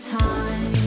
time